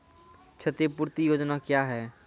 क्षतिपूरती योजना क्या हैं?